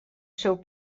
seu